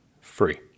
free